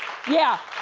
yeah.